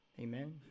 Amen